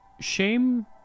Shame